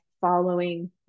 following